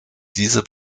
diese